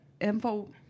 info